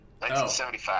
1975